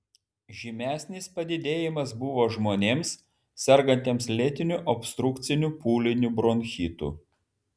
žymesnis padidėjimas buvo žmonėms sergantiems lėtiniu obstrukciniu pūliniu bronchitu